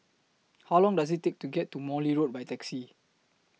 How Long Does IT Take to get to Morley Road By Taxi